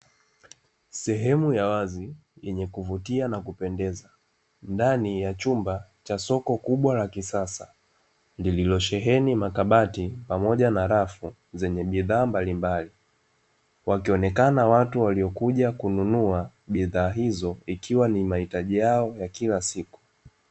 Sehemu ya wazi yenye kuvutia na kupendeza ndani ya chumba cha soko kubwa la kisasa, lililosheheni makabati pamoja na rafu zenye bidhaa mbalimbali. Wakionekana watu waliokuja kununua bidhaa hizo ikiwa ni mahitajinyao ya kila siku.